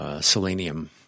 selenium